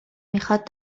میخواد